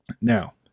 Now